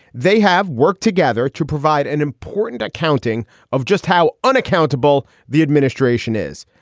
they have worked together to provide an important accounting of just how unaccountable the administration is,